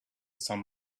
sun